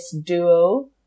duo